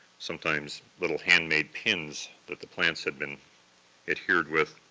sometimes little handmade pins that the plants had been adhered with.